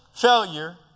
failure